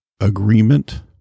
agreement